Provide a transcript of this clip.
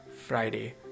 friday